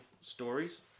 stories